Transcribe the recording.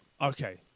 okay